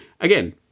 again